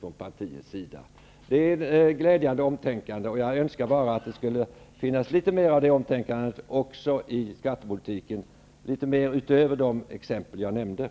Det är glädjande omtänkande. Jag önskar bara att det fanns litet mera av sådant omtänkande också i skattepolitiken utöver de exempel jag nyss nämnde.